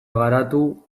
garatu